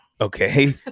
Okay